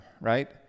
right